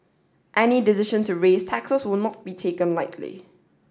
any decision to raise taxes will not be taken lightly